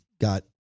got